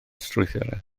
strwythurau